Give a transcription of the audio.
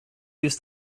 use